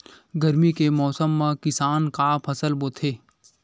गरमी के मौसम मा किसान का फसल बोथे?